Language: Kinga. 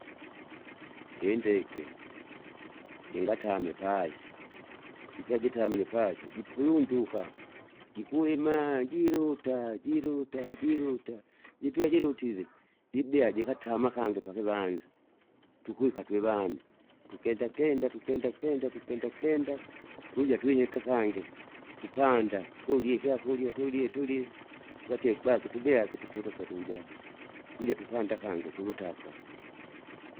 indege, jingatame pasi, jipya jitamile pasi jipulunduka, jikwima jiluta jiluta jiluta, jipya jilutile ndibea jikatama kangi pakivanza, tukwika twevandu, tukendakenda tukndakenda tukendakenda! tuja twiheka kangi, tupanda turye ikyakurya turye turye. Vatie baki tubyake tutotoke tujake, tuja tupanda kangi tulutaka.